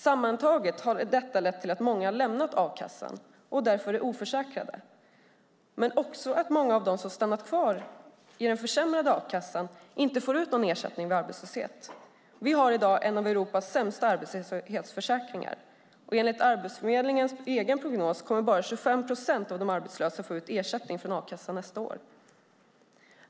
Sammantaget har detta lett till att många lämnat a-kassan och därför är oförsäkrade. Men det är också många som har stannat kvar i den försämrade a-kassan som inte får ut någon ersättning vid arbetslöshet. Vi har i dag en av Europas sämsta arbetslöshetsförsäkringar. Enligt Arbetsförmedlingens egen prognos kommer bara 25 procent av de arbetslösa att få ut ersättning från a-kassan nästa år.